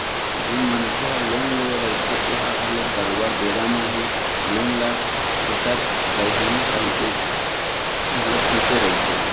जेन मनखे ह लोन ले रहिथे ओहा घलोक बरोबर बेरा म ही लोन ल छूटत रइहूँ कहिके घलोक सोचे रहिथे